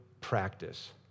practice